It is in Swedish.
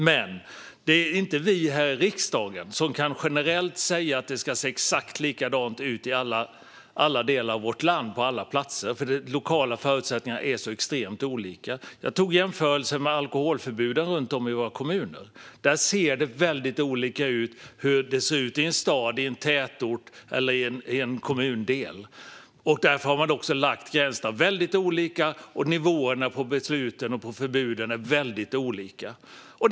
Det är dock inte vi här i riksdagen som generellt kan säga att det ska se exakt likadant ut på alla platser och i alla delar av landet. De lokala förutsättningarna är extremt olika. Jag gjorde en jämförelse med alkoholförbuden runt om i kommunerna. Det ser väldigt olika ut när det gäller stad, tätort eller kommundel. Därför har man lagt gränserna väldigt olika, och nivåerna på besluten och förbuden ser väldigt olika ut.